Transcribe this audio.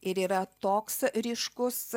ir yra toks ryškus